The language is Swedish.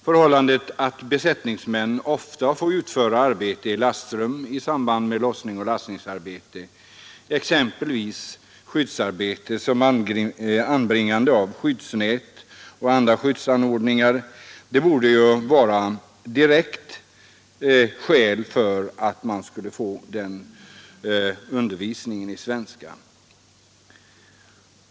Förhållandet att besättningsmän ofta får utföra arbete i lastrummen i samband med lossnings och lastningsarbete, exempelvis anbringande av skyddsnät och annat Nr 79 skyddsarbete, borde vara ett direkt skäl för att de skulle få undervisning i Torsdagen den svenska.